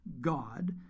God